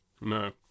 No